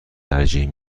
ترجیح